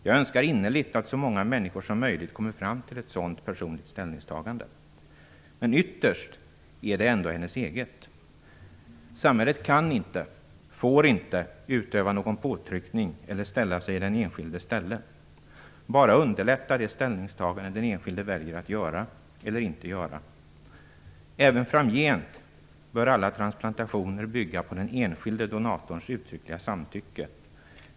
Jag önskar innerligt att så många människor som möjligt kommer fram till ett sådant personligt ställningstagande. Ytterst är avgörandet ändå hennes eget. Samhället kan inte, får inte utöva någon påtryckning eller sätta sig i den enskildes ställe, bara underlätta det ställningstagande den enskilde väljer att göra eller inte göra. Även framgent bör alla transplantationer bygga på den enskilde donatorns uttryckliga samtycke.